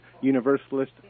Universalist